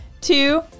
two